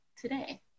today